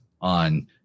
on